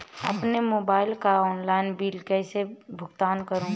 अपने मोबाइल का online bill कैसे भुगतान करूं?